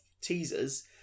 teasers